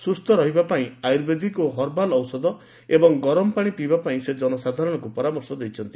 ସୁସ୍ଥ ରହିବା ପାଇଁ ଆୟୁର୍ବେଦିକ ଓ ହର୍ବାଲ୍ ଔଷଧ ଏବଂ ଗରମ ପାଣି ପିଇବା ପାଇଁ ସେ ଜନସାଧାରଣଙ୍କୁ ପରାମର୍ଶ ଦେଇଛନ୍ତି